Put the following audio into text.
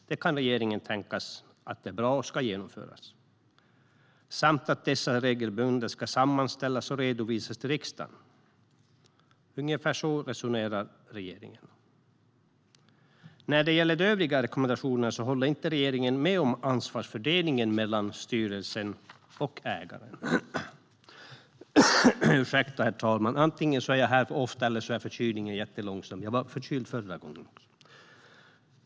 Det kan regeringen tänkas tycka är bra och att det ska genomföras. Dessa ska regelbundet sammanställas och redovisas till riksdagen. Ungefär så resonerar regeringen. När det gäller de övriga rekommendationerna håller regeringen inte med om det som sägs om ansvarsfördelningen mellan styrelsen och ägaren.